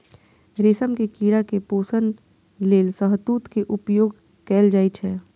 रेशम के कीड़ा के पोषण लेल शहतूत के उपयोग कैल जाइ छै